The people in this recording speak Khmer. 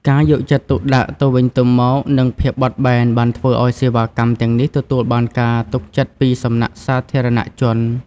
ការយកចិត្តទុកដាក់ទៅវិញទៅមកនិងភាពបត់បែនបានធ្វើឱ្យសេវាកម្មទាំងនេះទទួលបានការទុកចិត្តពីសំណាក់សាធារណជន។